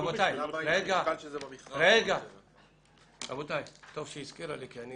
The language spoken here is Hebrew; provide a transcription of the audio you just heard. באחת בדיוק יש כאן